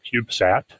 CubeSat